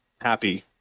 happy